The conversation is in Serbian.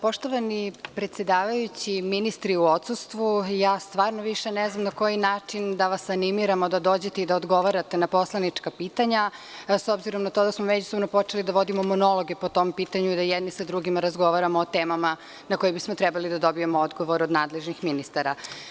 Poštovani predsedavajući, ministri u odsustvu, stvarno više ne znam na koji način da vas animiram da dođete i da odgovarate na poslanička pitanja, s obzirom na to da smo međusobno počeli da vodimo monologe po tom pitanju i da jedni sa drugima razgovaramo o temama na koje bismo trebali da dobijemo odgovore od nadležnih ministara.